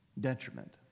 detriment